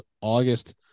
August